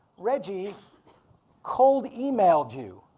reggie cold emailed you.